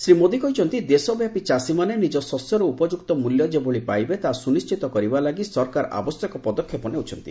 ଶ୍ରୀ ମେଦୀ କହିଛନ୍ତି ଦେଶବ୍ୟାପୀ ଚାଷୀମାନେ ନିଜ ଶସ୍ୟର ଉପଯ୍ୟକ୍ତ ମୂଲ୍ୟ ଯେଭଳି ପାଇବେ ତାହା ସୁନିଶ୍ଚିତ କରିବା ଲାଗି ସରକାର ଆବଶ୍ୟକ ପଦକ୍ଷେପ ନେଉଛନ୍ତି